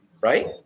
right